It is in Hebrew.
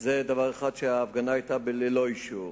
זה דבר אחד, שההפגנה היתה ללא אישור.